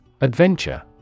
Adventure